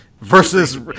versus